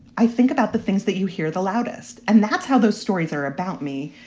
i think about the things that you hear the loudest, and that's how those stories are about me,